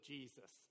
Jesus